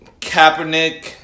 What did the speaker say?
Kaepernick